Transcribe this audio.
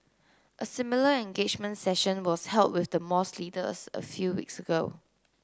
a similar engagement session was held with the mosque leader as a few weeks ago